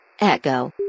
Echo